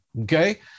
Okay